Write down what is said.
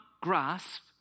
grasp